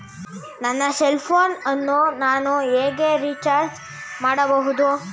ನನ್ನ cell phone ಅನ್ನು ನಾನು ಹೇಗೆ ರಿಚಾರ್ಜ್ ಮಾಡಬಹುದು?